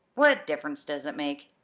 what difference does it make?